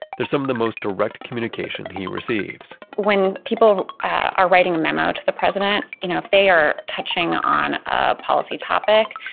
they're some of the most direct communication he receives when people are writing a memo to the president, you know if they are touching on a policy topic,